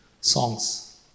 songs